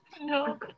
No